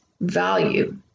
value